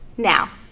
Now